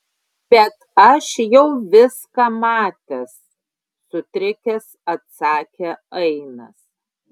bet aš jau viską matęs sutrikęs atsakė ainas